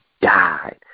died